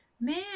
Man